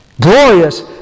Glorious